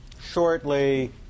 shortly